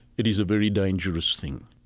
it is a very dangerous thing.